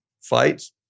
fights